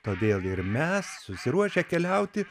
todėl ir mes susiruošę keliauti